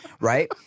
Right